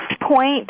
point